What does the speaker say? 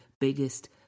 biggest